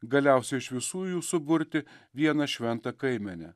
galiausiai iš visų jų suburti vieną šventą kaimenę